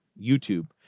YouTube